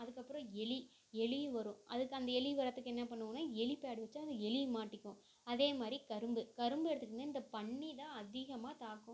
அதுக்கப்புறம் எலி எலியும் வரும் அதுக்கு அந்த எலி வரத்துக்கு என்ன பண்ணுவோம்னா எலி பேடு வச்சா அங்கே எலி மாட்டிக்கும் அதே மாதிரி கரும்பு கரும்பு எடுத்துக்கிட்டிங்கனால் இந்த பன்றி தான் அதிகமாக தாக்கும்